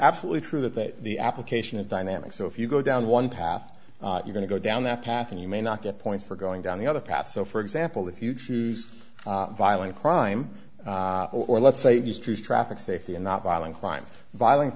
absolutely true that the application is dynamic so if you go down one path you going to go down that path and you may not get points for going down the other path so for example if you choose violent crime or let's say you street traffic safety and not violent crime violent